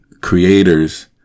creators